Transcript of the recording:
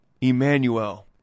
Emmanuel